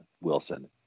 Wilson